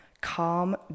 Calm